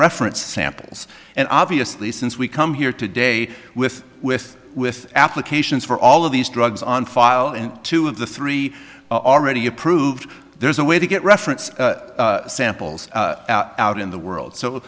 reference samples and obviously since we come here today with with with applications for all of these drugs on file and two of the three already approved there's a way to get reference samples out in the world so